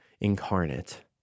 incarnate